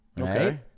Okay